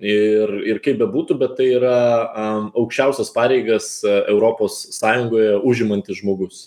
ir ir kaip bebūtų bet tai yra aukščiausias pareigas europos sąjungoje užimantis žmogus